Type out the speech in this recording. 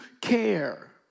care